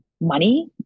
money